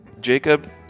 Jacob